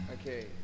Okay